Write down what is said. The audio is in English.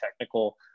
technical